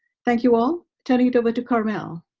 thank you all turn it over to carmel.